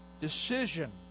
decision